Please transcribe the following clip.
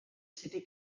city